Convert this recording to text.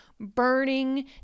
burning